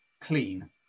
clean